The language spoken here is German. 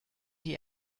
die